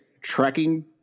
tracking